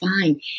fine